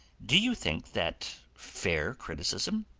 do you think that fair criticism?